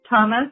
Thomas